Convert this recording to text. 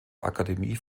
akademie